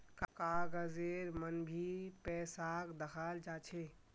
कागजेर मन भी पैसाक दखाल जा छे